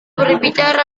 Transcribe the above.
bicara